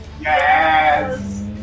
Yes